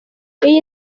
iyi